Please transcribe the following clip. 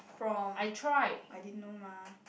from I didn't know mah